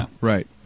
Right